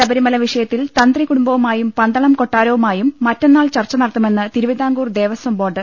ശബരിമല വിഷയത്തിൽ തന്ത്രി കൂടുംബവുമായും പന്തളം കൊട്ടാരവുമായും മറ്റന്നാൾ ചർച്ച നടത്തുമെന്ന് തിരുവിതാംകൂർ ദേവസ്വം ബോർഡ്